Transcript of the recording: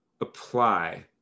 apply